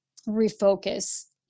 refocus